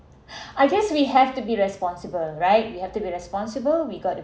I guess we have to be responsible right you have to be responsible we got to